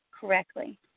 correctly